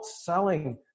selling